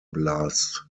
blasts